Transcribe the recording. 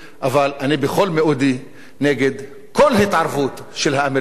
אבל אני בכל מאודי נגד כל התערבות של האמריקנים